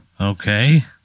Okay